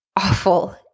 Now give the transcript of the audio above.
awful